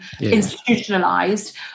institutionalized